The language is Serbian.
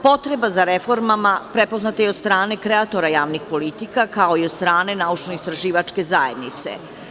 Potreba za reformama prepoznata je od strane kreatora javnih politika, kao i od strane naučno-istraživačke zajednice.